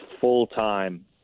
full-time